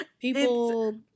people